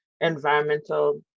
environmental